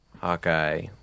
Hawkeye